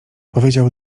powiedział